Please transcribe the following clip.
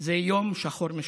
זה יום שחור משחור.